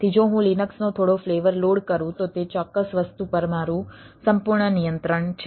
તેથી જો હું લિનક્સનો થોડો ફ્લેવર લોડ કરું તો તે ચોક્કસ વસ્તુ પર મારું સંપૂર્ણ નિયંત્રણ છે